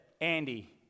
Andy